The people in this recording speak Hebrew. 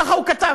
ככה הוא כתב.